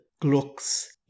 Gluck's